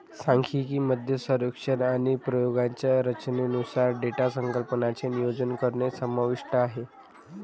सांख्यिकी मध्ये सर्वेक्षण आणि प्रयोगांच्या रचनेनुसार डेटा संकलनाचे नियोजन करणे समाविष्ट आहे